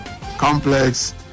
complex